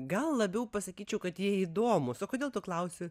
gal labiau pasakyčiau kad jie įdomūs o kodėl tu klausi